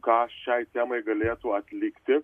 ką šiai temai galėtų atlikti